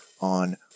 on